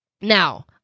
now